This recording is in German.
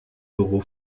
büro